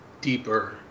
deeper